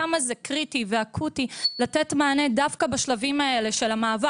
כמה זה קריטי ואקוטי לתת מענה דווקא בשלבים האלה של המעבר